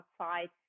outside